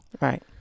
Right